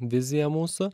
viziją mūsų